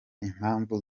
impamvu